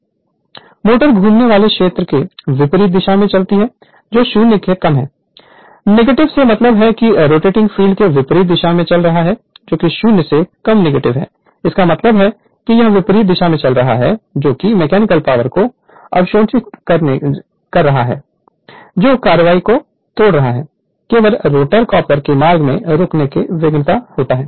Refer Slide Time 2403 motor घूमने वाले क्षेत्र के विपरीत दिशा में चलती है जो 0 से कम है निगेटिव से मतलब है कि रोटेटिंग फील्ड के विपरीत दिशा में चल रहा है जो कि 0 से कम निगेटिव है इसका मतलब है कि यह विपरीत दिशा में चल रहा है जो मैकेनिकल पावर को अवशोषित कर रहा है जो कार्रवाई को तोड़ रहा है केवल रोटर कॉपर में गर्मी के रूप में विघटित होता है